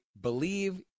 believe